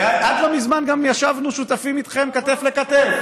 ועד לא מזמן גם ישבנו שותפים איתכם, כתף אל כתף.